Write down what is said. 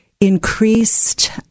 increased